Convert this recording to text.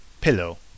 pillow